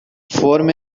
فرم